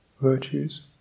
virtues